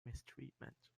mistreatment